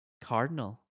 Cardinal